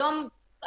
אבל הוא התייאש.